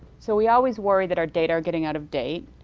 so we always worry that our data are getting out of data,